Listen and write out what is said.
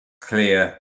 clear